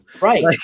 Right